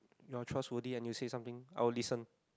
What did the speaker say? your are trust body and you say something I would listen